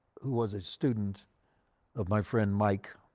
who was a student of my friend mike.